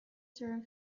term